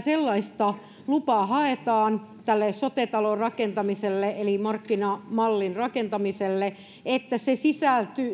sellaista lupaa haetaan tämän sote talon rakentamiselle eli markkinamallin rakentamiselle että